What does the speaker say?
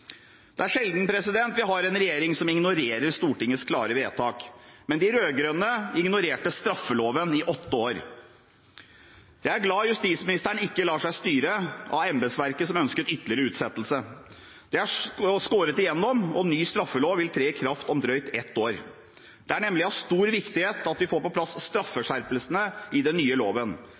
Det er sjelden vi har en regjering som ignorerer Stortingets klare vedtak, men de rød-grønne ignorerte straffeloven i åtte år. Jeg er glad justisministeren ikke lar seg styre av embetsverket, som ønsket ytterligere utsettelse. Det er skåret igjennom, og ny straffelov vil tre i kraft om drøyt et år. Det er nemlig av stor viktighet at vi får på plass straffeskjerpelsene i den nye loven.